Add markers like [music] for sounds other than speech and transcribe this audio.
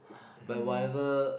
[breath] by whatever